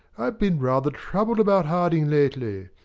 i've been rather troubled about harding lately.